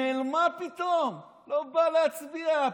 נעלמה פתאום, לא באה להצביע.